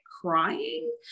crying